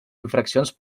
infraccions